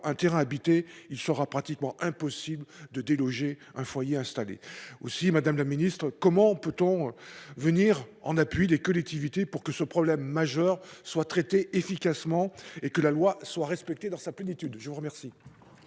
un terrain habité, il sera pratiquement impossible de déloger un foyer installé. Aussi, madame la ministre, comment entendez-vous venir en appui des collectivités, pour que ce problème majeur soit traité efficacement et pour que la loi soit respectée dans sa plénitude ? La parole